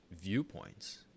viewpoints